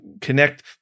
connect